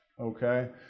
Okay